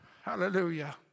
Hallelujah